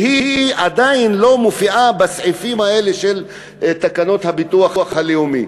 והיא עדיין לא מופיעה בסעיפים האלה של תקנות הביטוח הלאומי,